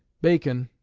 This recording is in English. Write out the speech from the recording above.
bacon,